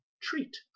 treat